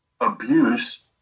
abuse